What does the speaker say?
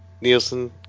Nielsen